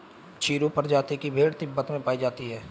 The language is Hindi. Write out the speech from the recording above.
चिरु प्रजाति की भेड़ तिब्बत में पायी जाती है